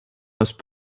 most